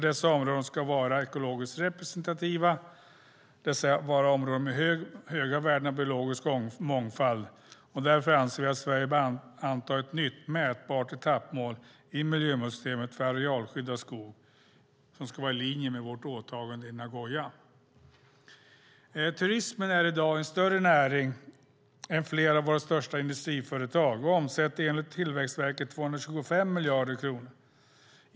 De områdena ska vara ekologiskt representativa, det vill säga vara områden med höga värden av biologisk mångfald. Därför anser vi att Sverige bör anta ett nytt, mätbart etappmål i miljömålssystemet för arealskyddad skog i linje med vårt åtagande i Nagoya. Turismen är i dag en större näring än flera av våra största industriföretag och omsätter enligt Tillväxtverket 225 miljarder kronor.